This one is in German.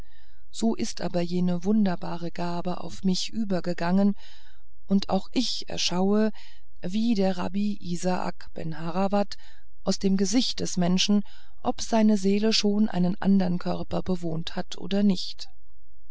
so ist aber jene wunderbare gabe auf mich übergegangen und auch ich erschaue wie rabbi isaac ben harravad aus dem gesicht des menschen ob seine seele schon einen andern körper bewohnt hat oder nicht